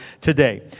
today